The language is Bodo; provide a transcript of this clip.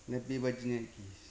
दा बेबादिनो आरोखि